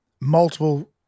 multiple